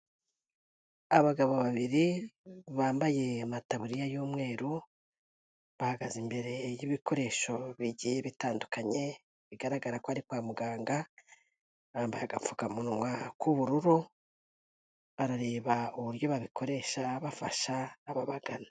Abagabo babiri bambaye amataburiya y'umweru, bahagaze imbere y'ibikoresho bigiye bitandukanye bigaragara ko ari kwa muganga, bambaye agapfukamunwa k'ubururu, barareba uburyo babikoresha bafasha ababagana.